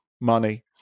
money